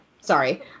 sorry